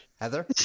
Heather